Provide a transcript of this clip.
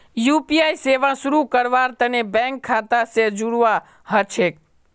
UPI सेवा शुरू करवार तने बैंक खाता स जोड़वा ह छेक